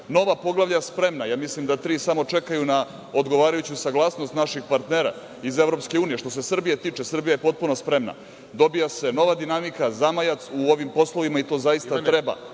nova poglavlja spremna, mislim da tri samo čekaju na odgovarajuću saglasnost naših partnera iz EU.Što se Srbije tiče, Srbija je potpuno spremna, dobija se nova dinamika, zamajac u ovim poslovima i to zaista treba